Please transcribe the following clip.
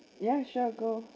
yeah sure go